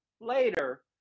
later